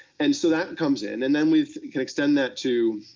and so that comes in and then we can extend that to